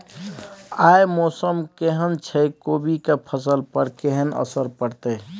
आय मौसम केहन छै कोबी के फसल पर केहन असर परतै?